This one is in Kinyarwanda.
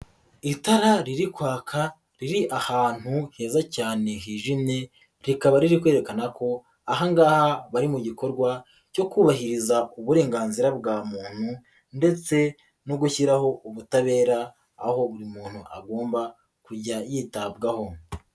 Itara riri kwaka riri ahantu heza cyane hijimye rikaba riri kwerekana ko aha ngaha bari mu gikorwa cyo kubahiriza uburenganzira bwa muntu ndetse no gushyiraho ubutabera aho buri muntu agomba kujya yitabwaho.